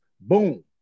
boom